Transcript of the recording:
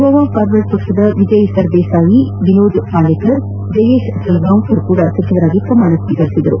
Goa Forward ಪಕ್ಷದ ವಿಜಯ್ ಸರ್ದೇಸಾಯಿ ವಿನೋದ್ ಪಾಲೇಕರ್ ಜಯೇಶ್ ಸಲಗಾಂವ್ಕರ್ ಕೂಡ ಸಚವರಾಗಿ ಪ್ರಮಾಣ ಕ್ಷೀಕರಿಸಿದರು